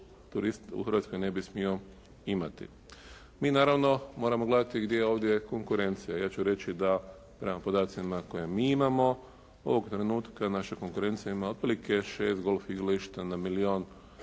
turist u Hrvatskoj ne bi smio imati. Mi naravno moramo gledati gdje je ovdje konkurencija. Ja ću reći da prema podacima koje mi imamo ovog trenutka naša konkurencija ima otprilike šest golf igrališta na milijun